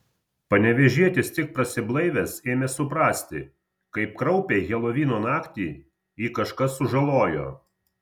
panevėžietis tik prasiblaivęs ėmė suprasti kaip kraupiai helovino naktį jį kažkas sužalojo